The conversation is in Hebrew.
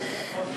זאת לא סיבה.